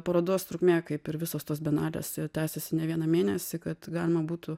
parodos trukmė kaip ir visos tos bienalės tęsėsi ne vieną mėnesį kad galima būtų